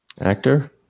actor